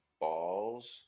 balls